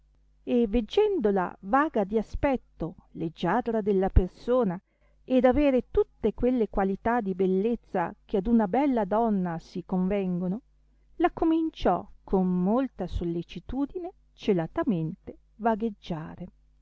e veggendola vaga di aspetto leggiadra della persona ed avere tutte quelle qualità di bellezza che ad una bella donna si convengono la cominciò con molta sollecitudine colatamente vagheggiare ed